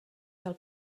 del